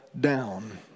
down